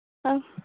ആ